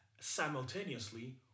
Simultaneously